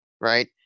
right